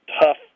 tough